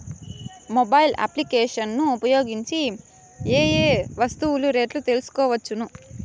Mobile applications ను ఉపయోగించి ఏ ఏ వస్తువులు రేట్లు తెలుసుకోవచ్చును?